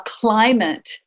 climate